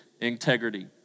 integrity